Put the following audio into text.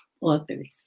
authors